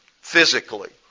physically